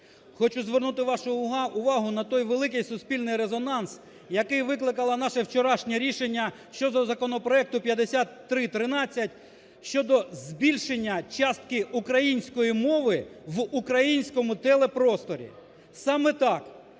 Хочу звернути вашу увагу на той великий суспільний резонанс, який викликало наше вчорашнє рішення щодо законопроекту 5313 щодо збільшення частки української мови в українському телепросторі. Саме так,